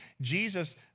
Jesus